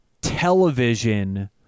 television